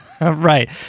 Right